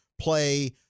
play